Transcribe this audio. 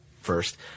first